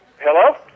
Hello